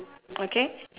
okay